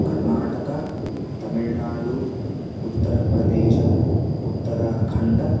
Karnataka Tamil Nadu Uttar Pradesh Uttarakhand